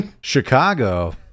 Chicago